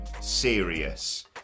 serious